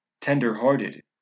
tender-hearted